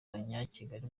abanyakigali